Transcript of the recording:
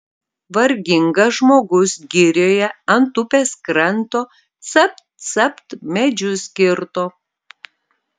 vargingas žmogus girioje ant upės kranto capt capt medžius kirto